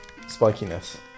spikiness